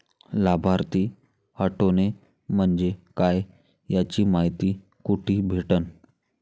लाभार्थी हटोने म्हंजे काय याची मायती कुठी भेटन?